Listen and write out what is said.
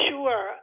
Sure